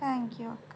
thank you